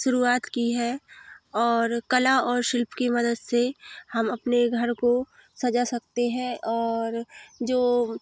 शुरुआत की है और कला और शिल्प की मदद से हम अपने घर को सज़ा सकते हैं और जो